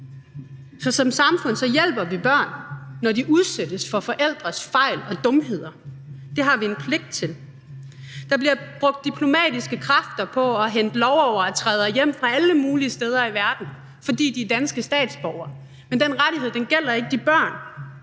som samfund hjælper vi børn, når de udsættes for forældres fejl og dumheder. Det har vi en pligt til. Der bliver brugt diplomatiske kræfter på at hente lovovertrædere hjem fra alle mulige steder i verden, fordi de er danske statsborgere, men den rettighed gælder ikke de børn,